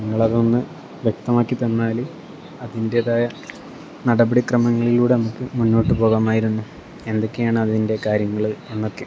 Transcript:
നിങ്ങൾ അതൊന്ന് വ്യക്തമാക്കി തന്നാൽ അതിൻറേതായ നടപടിക്രമങ്ങളിലൂടെ നമുക്ക് മുന്നോട്ട് പോകാമായിരുന്നു എന്തൊക്കെയാണ് അതിൻ്റെ കാര്യങ്ങൾ എന്നൊക്കെ